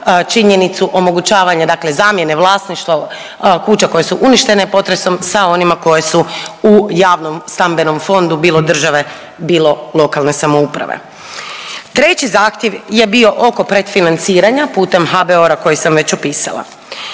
činjenicu omogućavanja dakle zamjene vlasništva kuća koje su uništene potresom sa onima koje su u javnom stambenom fondu, bilo države, bilo lokalne samouprave. Treći zahtjev je bio oko pretfinanciranja putem HBOR-a koji sam već opisala.